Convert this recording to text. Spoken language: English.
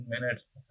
minutes